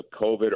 COVID